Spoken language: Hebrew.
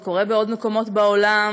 זה קורה בעוד מקומות בעולם,